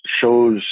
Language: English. shows